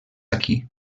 aquí